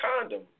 condom